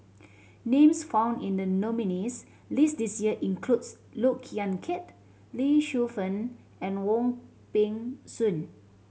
names found in the nominees' list this year includes Look Yan Kit Lee Shu Fen and Wong Peng Soon